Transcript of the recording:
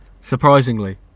surprisingly